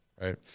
right